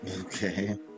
Okay